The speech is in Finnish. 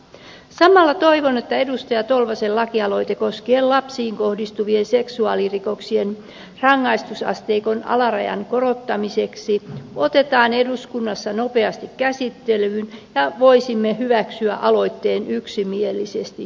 samalla toivon että edustaja tolvasen lakialoite koskien lapsiin kohdistuvien seksuaalirikoksien rangaistusasteikon alarajan korottamista otetaan eduskunnassa nopeasti käsittelyyn ja voisimme hyväksyä aloitteen yksimielisesti